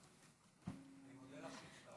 אני מודה לך שהצטרפת.